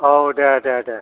औ दे दे दे